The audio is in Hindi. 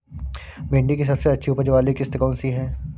भिंडी की सबसे अच्छी उपज वाली किश्त कौन सी है?